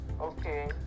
Okay